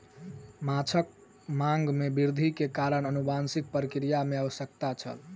माँछक मांग में वृद्धि के कारण अनुवांशिक प्रक्रिया के आवश्यकता छल